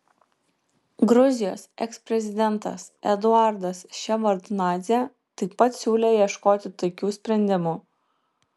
gruzijos eksprezidentas eduardas ševardnadzė taip pat siūlė ieškoti taikių sprendimų